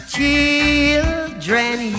Children